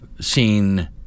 seen